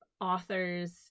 authors